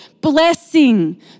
blessing